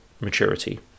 maturity